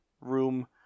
room